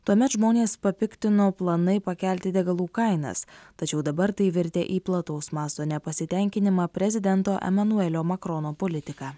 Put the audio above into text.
tuomet žmones papiktino planai pakelti degalų kainas tačiau dabar tai virtę į plataus masto nepasitenkinimą prezidento emanuelio makrono politika